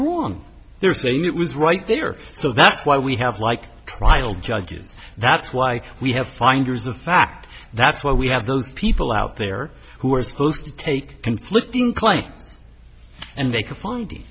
wrong they're saying it was right there so that's why we have like trial judges that's why we have finders of fact that's why we have those people out there who are supposed to take conflicting claims and they can find the